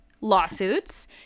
lawsuits